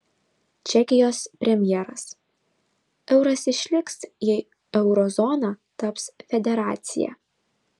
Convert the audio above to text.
čekijos premjeras euras išliks jei euro zona taps federacija